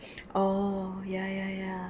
orh ya ya ya